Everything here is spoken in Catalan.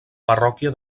parròquia